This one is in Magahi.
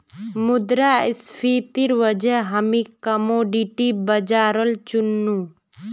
मुद्रास्फीतिर वजह हामी कमोडिटी बाजारल चुन नु